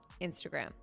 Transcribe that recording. Instagram